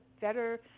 better